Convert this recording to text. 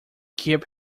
keep